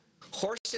Horses